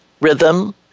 rhythm